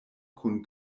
kun